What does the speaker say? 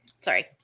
Sorry